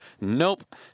nope